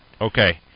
Okay